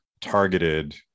targeted